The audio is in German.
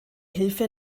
hilfe